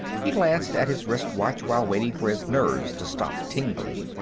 he glanced at his wristwatch while waiting for his nerves to stop tingling.